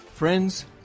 Friends